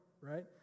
right